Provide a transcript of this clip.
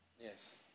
yes